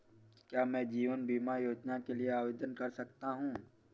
क्या मैं जीवन बीमा योजना के लिए आवेदन कर सकता हूँ?